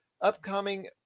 upcoming